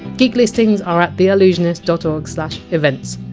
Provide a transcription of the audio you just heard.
gig listings are at theallusionist dot org slash events.